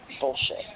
bullshit